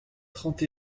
trente